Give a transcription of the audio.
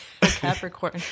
Capricorn